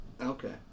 Okay